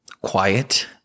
quiet